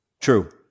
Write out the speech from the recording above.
True